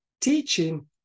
teaching